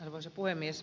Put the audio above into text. arvoisa puhemies